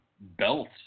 belt